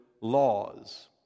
laws